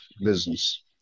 business